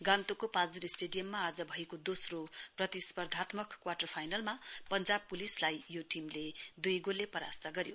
गान्तोकको पोल्जोर स्टेडियममा आज भएको दोस्रो प्रतिस्पर्धात्मक क्वाटर फाइनलमा पश्वाब पुलिसलाई दुई गोलले परास्त गर्यो